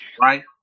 right